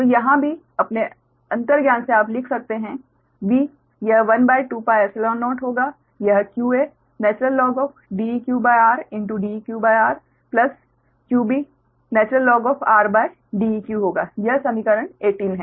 तो यहाँ भी अपने अंतर्ज्ञान से आप लिख सकते हैं V यह 12πϵ0 होगा यह qaDeqr Deqr qbrDeq होगा यह समीकरण 18 है